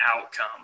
outcome